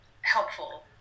helpful